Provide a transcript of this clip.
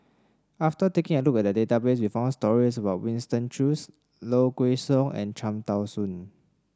after taking a look at the database we found stories about Winston Choos Low Kway Song and Cham Tao Soon